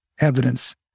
evidence